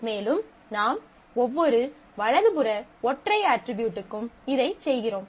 மேலும் நாம் ஒவ்வொரு வலது புற ஒற்றை அட்ரிபியூட்டுக்கும் இதைச் செய்கிறோம்